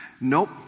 Nope